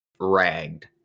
ragged